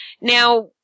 Now